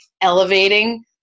elevating